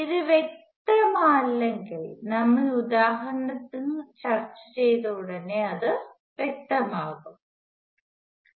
ഇത് വ്യക്തമല്ലെങ്കിൽ നമ്മൾ ഉദാഹരണങ്ങൾ ചർച്ച ചെയ്തയുടനെ അത് വ്യക്തമാകും